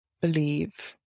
believe